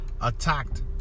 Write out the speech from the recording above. attacked